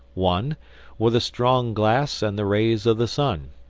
one with a strong glass and the rays of the sun.